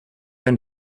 and